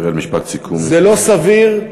אבל אני חושב מציאותית, צריך ללכת על כיוון